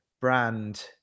brand